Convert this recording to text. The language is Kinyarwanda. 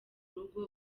rugo